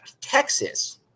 Texas